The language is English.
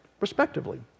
respectively